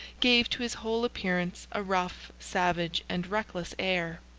gave to his whole appearance a rough, savage, and reckless air.